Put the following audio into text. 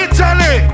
Italy